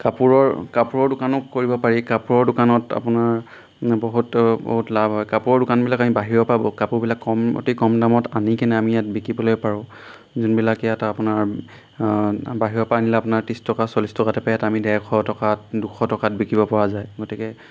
কাপোৰৰ কাপোৰৰ দোকনো কৰিব পাৰি কাপোৰৰ দোকানত আপোনাৰ বহুত বহুত লাভ হয় কাপোৰৰ দোকানবিলাক আমি বাহিৰৰপৰা কাপোৰবিলাক কম অতি কম দামত আনি কিনে আমি ইয়াত বিকিবলৈ পাৰোঁ যোনবিলাক ইয়াত আপোনাৰ বাহিৰৰপৰা আনিলে আপোনাৰ ত্ৰিছ টকা চল্লিছ টকাতে পায় ইয়াত আমি ডেৰশ টকাত দুশ টকাত বিকিব পৰা যায় গতিকে